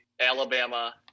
Alabama